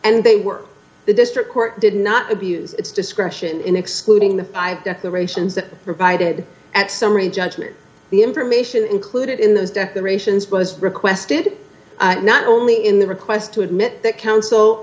and they were the district court did not abuse its discretion in excluding the five declarations that provided at summary judgment the information included in those declarations was requested not only in the request to admit that counsel